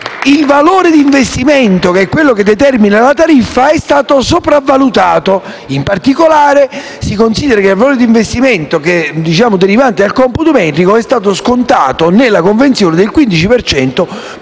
il valore di investimento, che è quello che determina la tariffa, è stato sopravvalutato. In particolare, si considera che il valore di investimento, derivante dal computo metrico, è stato scontato, nella convenzione, del 15 per cento, piuttosto